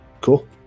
Cool